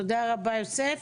תודה רבה, יוסף.